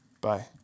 Bye